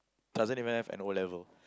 doesn't even have an O-level